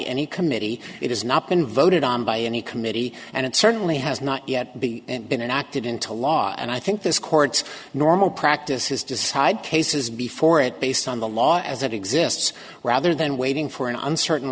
any committee it has not been voted on by any committee and it certainly has not yet been acted into law and i think this court's normal practice is decide cases before it based on the law as it exists rather than waiting for an uncertain